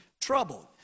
troubled